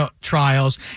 trials